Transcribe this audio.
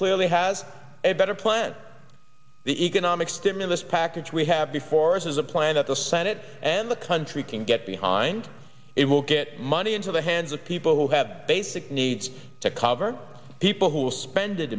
clearly has a better plan the economic stimulus package we have before us is a plan that the senate and the country can get behind it will get money into the hands of people who have basic needs to cover people who will spend it